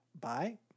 Bye